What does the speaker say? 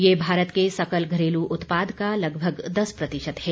यह भारत के सकल घरेलू उत्पाद का लगभग दस प्रतिशत है